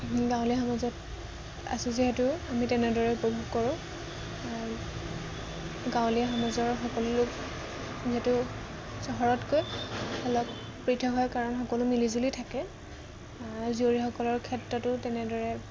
গাঁৱলীয়া সমাজত আছোঁ যিহেতু আমি তেনেদৰে উপভোগ কৰোঁ গাঁৱলীয়া সমাজৰ সকলোলোক যিহেতু চহৰতকৈ অলপ পৃথক হয় কাৰণ সকলো মিলিজুলি থাকে জীয়ৰীসকলৰ ক্ষেত্ৰতো তেনেদৰে